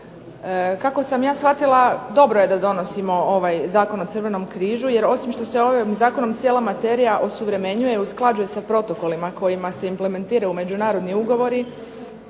Kako sam ja shvatila dobro je da donosimo ovaj Zakon o Crvenom križu jer osim što se ovim zakonom cijela materija osuvremenjuje i usklađuje sa protokolima kojima se implementiraju međunarodni ugovori